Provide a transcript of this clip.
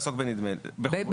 בנדמה לי.